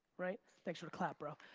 right? thanks for the clap, bro.